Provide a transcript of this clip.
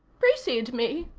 precede me.